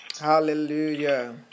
Hallelujah